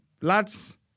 Lads